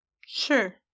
Sure